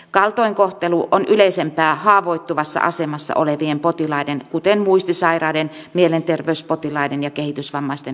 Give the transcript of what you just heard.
kaltoinkohtelu on yleisempää haavoittuvassa asemassa olevien potilaiden kuten muistisairaiden mielenterveyspotilaiden ja kehitysvammaisten hoitotyössä